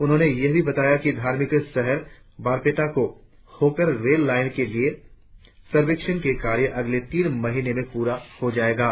उन्होंने यह भी बताया कि धार्मिक शहर बारपेटा को होकर रेल लाइन के लिये सर्वेक्षण के कार्य अगले तीन महीनों में पूरे हो जायेंगे